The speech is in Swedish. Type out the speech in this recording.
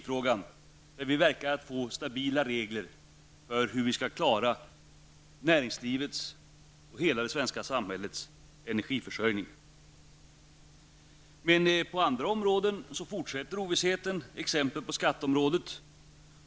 Där verkar det som om vi skall få stabilare regler för hur vi skall klara näringslivets och hela det svenska samhällets energiförsörjning. Men på andra områden fortsätter ovissheten, t.ex. på skatteområdet.